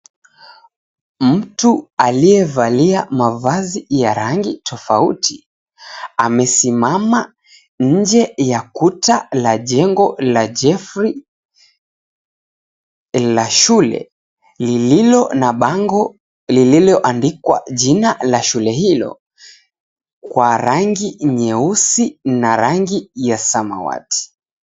Mtu aliyevalia mavazi ya rangi tofauti amesimama nje ya kuta la jengo la JAFFERY la shule lililo na bango lililoandikwa jina la shule hilo kwa rangi nyeusi na rangi ya samawati.